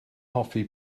hoffi